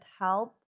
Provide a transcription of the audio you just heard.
help